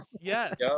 yes